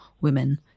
women